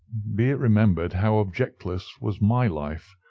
be it remembered, how objectless was my life,